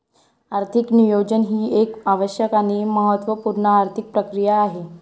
आर्थिक नियोजन ही एक आवश्यक आणि महत्त्व पूर्ण आर्थिक प्रक्रिया आहे